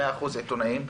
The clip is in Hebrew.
100%, עיתונאים.